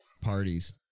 parties